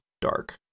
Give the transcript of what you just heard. dark